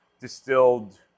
distilled